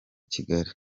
kigali